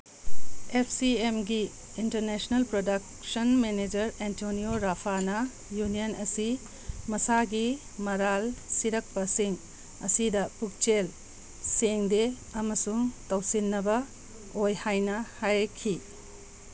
app C M ꯒꯤ international production manager Antonio ꯔꯐꯥꯅ union ꯑꯁꯤ ꯃꯁꯥꯒꯤ ꯃꯔꯥꯜ ꯁꯤꯔꯛꯄꯁꯤꯡ ꯑꯁꯤꯗ ꯄꯨꯛꯆꯦꯜ ꯁꯦꯡꯗꯦ ꯑꯃꯁꯨꯡ ꯇꯧꯁꯤꯟꯅꯕ ꯑꯣꯏ ꯍꯥꯏꯅ ꯍꯥꯏꯔꯛꯈꯤ